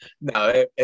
No